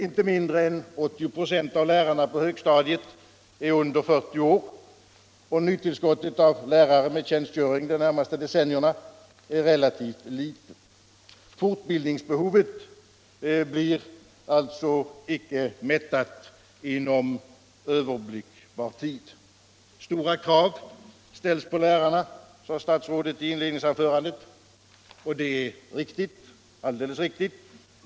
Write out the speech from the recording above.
Inte mindre än 80 96 av lärarna på högstadiet är under 40 år, och nytillskottet av lärare med tjänstgöring de närmaste decennierna blir relativt litet. Fortbildningsbehovet blir alltså inte mättat inom överblickbar tid. Stora krav ställs på lärarna, sade statsrådet i inledningsanförandet. Och det är alldeles riktigt.